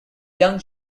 young